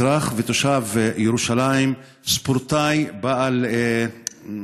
אזרח ותושב ירושלים, ספורטאי בעל